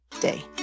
day